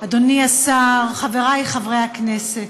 אדוני השר, חברי חברי הכנסת,